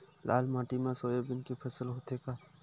लाल माटी मा सोयाबीन के फसल होथे का?